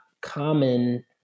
common